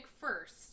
first